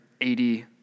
80